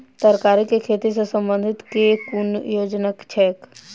तरकारी केँ खेती सऽ संबंधित केँ कुन योजना छैक?